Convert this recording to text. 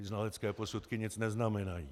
Ty znalecké posudky nic neznamenají.